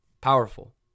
Powerful